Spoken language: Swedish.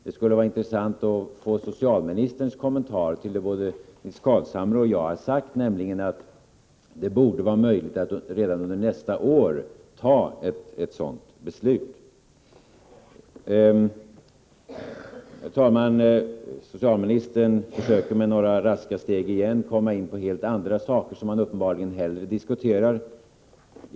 Det skulle också vara intressant att få socialministerns kommentar till det som både Nils Carlshamre och jag har sagt, nämligen att det borde vara möjligt att redan under nästa år fatta ett sådant beslut. Herr talman! Socialministern försökter återigen att raskt gå över till andra frågor, som han uppenbarligen hellre diskuterar.